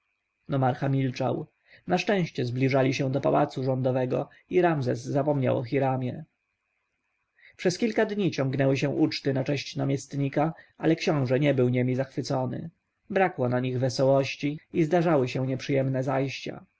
milczał na szczęście zbliżali się do pałacu rządowego i ramzes zapomniał o hiramie przez kilka dni ciągnęły się uczty na cześć namiestnika ale książę nie był niemi zachwycony brakło na nich wesołości i zdarzały się nieprzyjemne zajścia